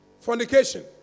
fornication